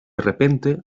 repente